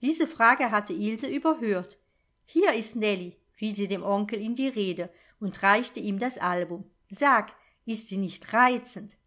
diese frage hatte ilse überhört hier ist nellie fiel sie dem onkel in die rede und reichte ihm das album sag ist sie nicht reizend